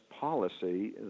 policy